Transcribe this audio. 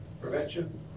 prevention